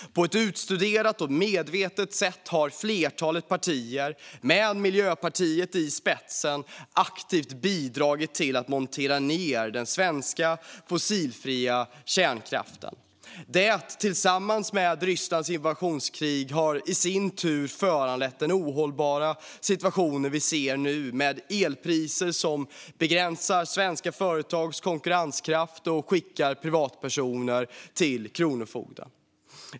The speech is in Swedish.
På ett utstuderat och medvetet sätt har ett flertal partier, med Miljöpartiet i spetsen, aktivt bidragit till att montera ned den svenska fossilfria kärnkraften. Det, tillsammans med Rysslands invasionskrig, har i sin tur föranlett den ohållbara situationen med elpriser som nu begränsar företags konkurrenskraft och skickar privatpersoner till kronofogden.